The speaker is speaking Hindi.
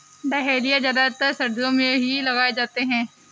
डहलिया ज्यादातर सर्दियो मे ही लगाये जाते है